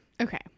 Okay